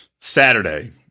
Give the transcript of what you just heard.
Saturday